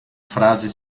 frase